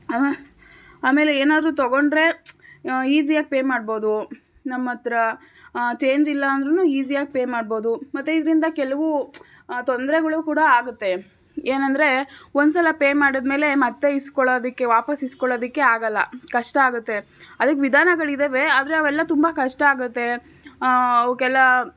ಆಮೇಲೆ ಏನಾದರೂ ತಗೊಂಡರೆ ಈಸಿಯಾಗಿ ಪೇ ಮಾಡ್ಬೋದು ನಮ್ಮತ್ತಿರ ಚೇಂಜ್ ಇಲ್ಲ ಅಂದ್ರೂ ಈಸಿಯಾಗಿ ಪೇ ಮಾಡ್ಬೋದು ಮತ್ತೆ ಇದ್ರಿಂದ ಕೆಲವು ತೊಂದರೆಗಳು ಕೂಡ ಆಗುತ್ತೆ ಏನೆಂದ್ರೆ ಒಂದುಸಲ ಪೇ ಮಾಡಿದಮೇಲೆ ಮತ್ತೆ ಇಸ್ಕೊಳ್ಳೋದಕ್ಕೆ ವಾಪಾಸ್ಸು ಇಸ್ಕೊಳ್ಳೋದಕ್ಕೆ ಆಗಲ್ಲ ಕಷ್ಟ ಆಗುತ್ತೆ ಅದಕ್ಕೆ ವಿಧಾನಗಳಿದ್ದಾವೆ ಆದರೆ ಅವೆಲ್ಲ ತುಂಬ ಕಷ್ಟ ಆಗುತ್ತೆ ಅವಕ್ಕೆಲ್ಲ